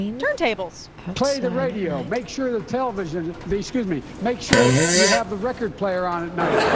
turntables play the radio. make sure the television's the excuse me. make sure you have the record player on at night,